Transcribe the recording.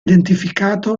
identificata